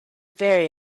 very